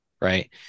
right